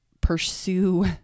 pursue